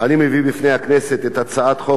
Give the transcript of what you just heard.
אני מביא בפני הכנסת את הצעת החוק